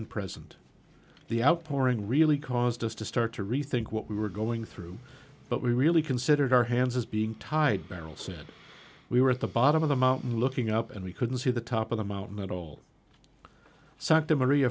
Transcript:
and present the outpouring really caused us to start to rethink what we were going through but we really considered our hands as being tied beryl said we were at the bottom of the mountain looking up and we couldn't see the top of the mountain